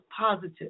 positive